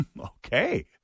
Okay